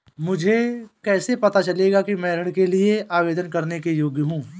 मुझे कैसे पता चलेगा कि मैं ऋण के लिए आवेदन करने के योग्य हूँ?